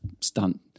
stunt